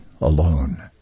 alone